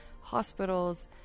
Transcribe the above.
hospitals